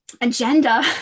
agenda